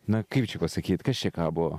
na kaip čia pasakyt kas čia kabo